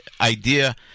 idea